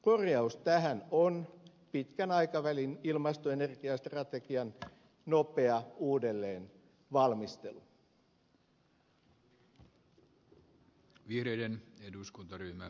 korjaus tähän on pitkän aikavälin ilmasto ja energiastrategian nopea uudelleenvalmistelu